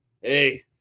hey